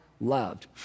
Loved